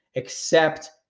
except,